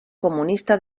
comunista